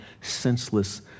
senseless